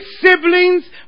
siblings